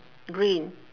green